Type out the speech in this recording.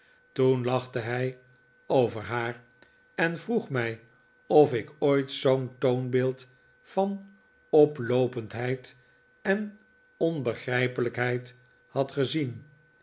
toen lachte hij over haar en vroeg mij of ik ooit zoo'n toonbeeld van oploopendheid en onbegrijpelijkheid had gezien